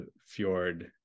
fjord